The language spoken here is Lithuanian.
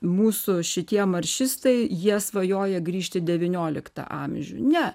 mūsų šitie maršistai jie svajoja grįžti devynioliktą amžių ne